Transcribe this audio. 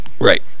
Right